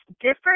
different –